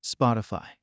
Spotify